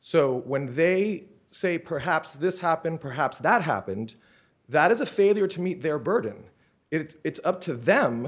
so when they say perhaps this happened perhaps that happened that is a failure to meet their burden it's up to them